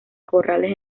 corrales